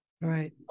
Right